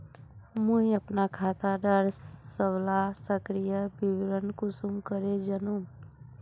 मुई अपना खाता डार सबला सक्रिय विवरण कुंसम करे जानुम?